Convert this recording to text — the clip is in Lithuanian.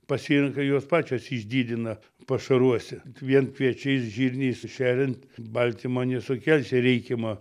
pasirenka jos pačios išdidina pašaruose vien kviečiais žirniais šeriant baltymo nesukelsi reikiamą